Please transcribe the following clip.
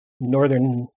Northern